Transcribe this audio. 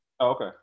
okay